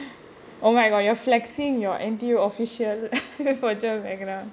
oh my god you are flexing your N_T_U official virtual background